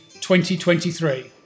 2023